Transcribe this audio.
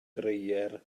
dreier